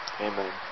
Amen